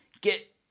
Get